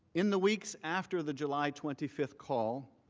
in the weeks after the july twenty fifth call,